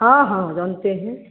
हाँ हाँ जानते हैं